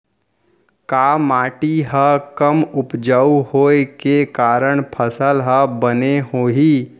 का माटी हा कम उपजाऊ होये के कारण फसल हा बने होही?